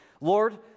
Lord